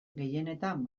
gehienetan